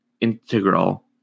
integral